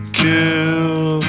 kill